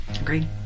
Agreed